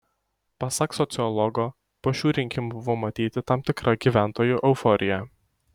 pasak sociologo po šių rinkimų buvo matyti tam tikra gyventojų euforija